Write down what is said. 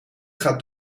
gaat